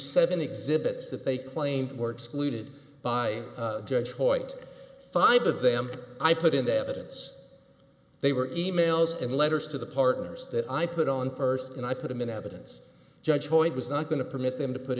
seven exhibits that they claim were excluded by judge hoyt five of them i put into evidence they were e mails and letters to the partners that i put on first and i put them in evidence judge hoyt was not going to permit them to put